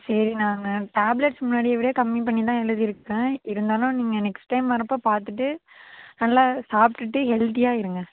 சரி நாங்கள் டேப்லெட்ஸ் முன்னாடியை விட கம்மி பண்ணிதான் எழுதிருக்கேன் இருந்தாலும் நீங்கள் நெக்ஸ்ட் டைம் வரப்போ பார்த்துட்டு நல்லா சாப்பிட்டுட்டு ஹெல்த்தியாக இருங்க